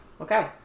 Okay